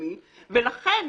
הבינלאומי ולכן